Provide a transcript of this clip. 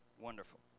Wonderful